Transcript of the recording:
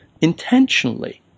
Intentionally